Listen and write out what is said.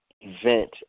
event